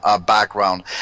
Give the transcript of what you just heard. background